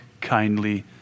kindly